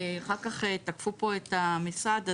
אחר כך תקפו פה את המשרד,